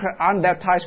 unbaptized